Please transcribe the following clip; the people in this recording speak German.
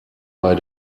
bei